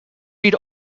read